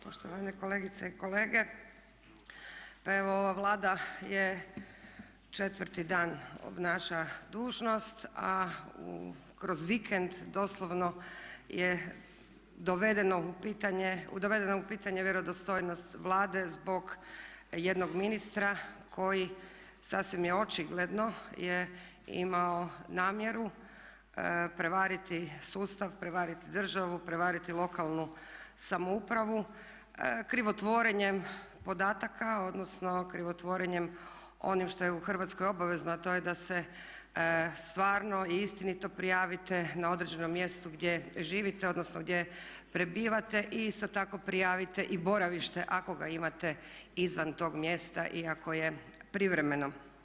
Poštovane kolegice i kolege, pa evo ova Vlada je četvrti dan obnaša dužnost a kroz vikend doslovno je dovedeno u pitanje, dovedeno u pitanje vjerodostojnost Vlade zbog jednog ministra koji sasvim je očigledno je imao namjeru prevariti sustav, prevariti državu, prevariti lokalnu samoupravu krivotvorenjem podataka, odnosno krivotvorenjem onog što je u Hrvatskoj obavezno a to je da se stvarno i istinito prijavite na određenom mjestu gdje živite, odnosno gdje prebivate i isto tako prijavite i boravište ako ga imate izvan tog mjesta iako je privremeno.